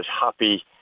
happy